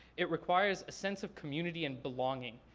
it requires a sense of community and belonging.